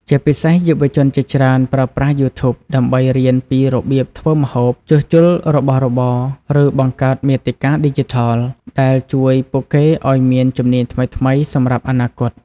ជាពិសេសយុវជនជាច្រើនប្រើប្រាស់ យូធូប ដើម្បីរៀនពីរបៀបធ្វើម្ហូប ជួសជុលរបស់របរ ឬបង្កើតមាតិកាឌីជីថល ដែលជួយពួកគេឲ្យមានជំនាញថ្មីៗសម្រាប់អនាគត។